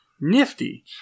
Nifty